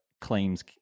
claims